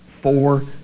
four